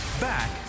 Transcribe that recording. Back